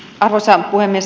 arvoisa puhemies